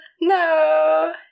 No